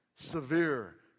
Severe